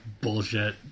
bullshit